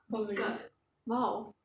okay !wow!